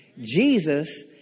Jesus